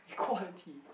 quality